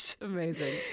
Amazing